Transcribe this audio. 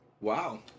Wow